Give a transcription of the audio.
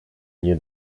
nie